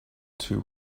two